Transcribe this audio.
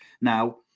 Now